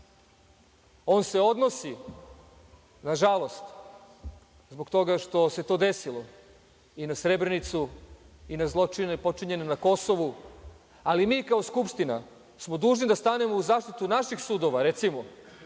se odnosi, nažalost, zbog toga što se to desilo, i na Srebrenicu i na zločine počinjene na Kosovu, ali mi kao Skupština smo dužni da stanemo u zaštitu naših sudova, recimo,